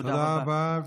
תודה רבה.